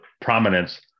prominence